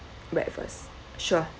breakfast sure